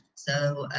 so,